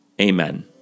Amen